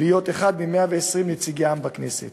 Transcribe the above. להיות אחד מ-120 נציגי העם בכנסת.